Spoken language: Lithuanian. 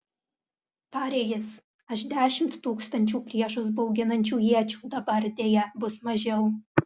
tarė jis aš dešimt tūkstančių priešus bauginančių iečių dabar deja bus mažiau